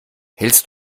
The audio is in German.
hältst